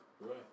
Right